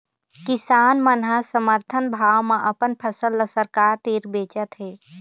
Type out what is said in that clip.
किसान मन ह समरथन भाव म अपन फसल ल सरकार तीर बेचत हे